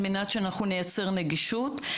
על מנת שאנחנו נייצר נגישות.